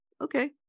okay